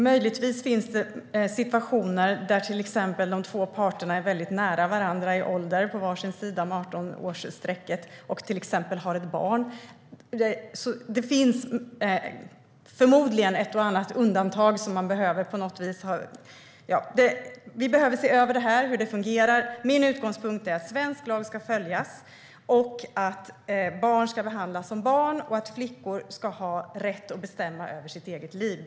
Möjligtvis finns det situationer där till exempel de två parterna är väldigt nära varandra i ålder på varsin sida om 18-årsstrecket och har ett barn. Det finns förmodligen ett och annat undantag. Vi behöver se över hur det här fungerar. Mina utgångspunkter är att svensk lag ska följas, att barn ska behandlas som barn och att flickor ska ha rätt att bestämma över sitt eget liv.